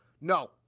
No